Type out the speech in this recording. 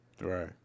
Right